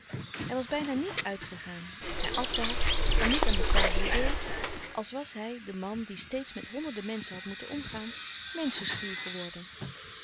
hij was bijna niet uitgegaan hij at daar kwam niet aan de table dhôte als was hij de man die steeds met honderde menschen had moeten omgaan menschenschuw geworden